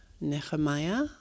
Nehemiah